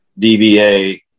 DBA